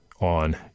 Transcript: on